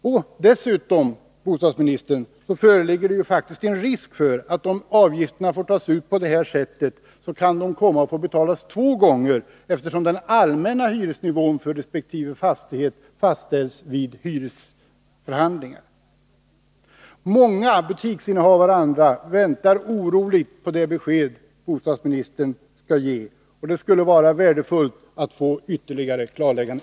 Om avgiften får tas ut på det här sättet föreligger dessutom faktiskt en risk för att avgiften får betalas två gånger, eftersom också den allmänna hyresnivån för resp. fastighet fastställs vid hyresförhandlingarna. Många butiksinnehavare och andra väntar oroligt på det besked bostadsministern ger, och det skulle vara värdefullt att få ett ytterligare klarläggande.